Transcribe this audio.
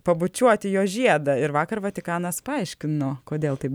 pabučiuoti jo žiedą ir vakar vatikanas paaiškino kodėl taip